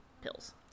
pills